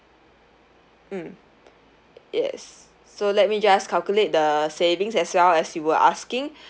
mm yes so let me just calculate the savings as well as you were asking